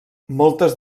moltes